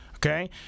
Okay